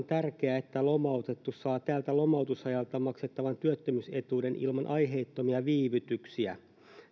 tärkeää että lomautettu saa tältä lomautusajalta maksettavan työttömyysetuuden ilman aiheettomia viivytyksiä